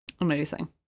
amazing